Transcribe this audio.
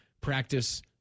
practice